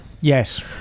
Yes